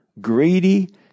greedy